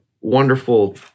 wonderful